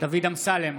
דוד אמסלם,